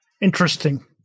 Interesting